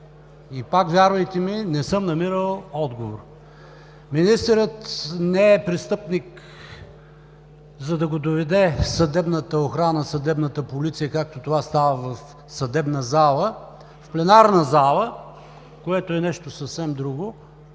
и пак, вярвайте ми, не съм намирал отговор. Министърът не е престъпник, за да го доведе съдебната охрана, съдебната полиция, както това става в съдебната зала, в пленарната зала, което е нещо съвсем друго,